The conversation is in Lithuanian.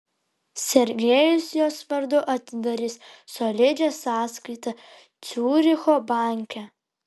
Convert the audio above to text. sergejus jos vardu atidarys solidžią sąskaitą ciuricho banke